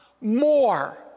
more